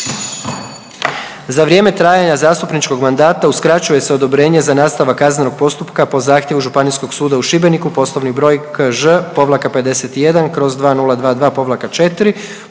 Za vrijeme trajanja zastupničkog mandata uskraćuje se odobrenje za nastavak kaznenog postupka po zahtjevu Županijskog suda u Šibeniku poslovni broj Kž-51/2022-4